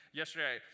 yesterday